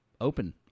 open